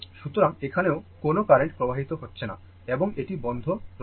সুতরাং এখানেও কোনও কারেন্ট প্রবাহিত হচ্ছে না এবং এটি বন্ধ রয়েছে